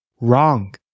Wrong